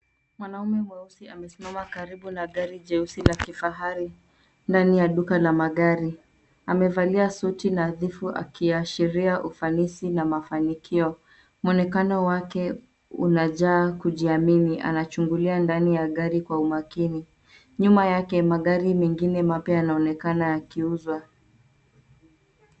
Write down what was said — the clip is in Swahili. Mwanaume mweusi amesimama karibu naa gari jeusi la kifahari ndani ya duka la magari. Amevalia suti nadhifu akishiria ufanisi na mafanikio. Muonekano wake unajaa kujiamini. Anachungulia ndani ya gari kwa umakini. Nyuma yake magari mengine mapya yanaonekana yakiuzwa.